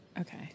Okay